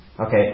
Okay